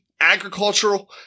agricultural